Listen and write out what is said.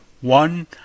one